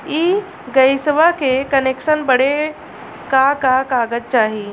इ गइसवा के कनेक्सन बड़े का का कागज चाही?